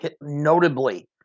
notably